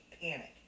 panic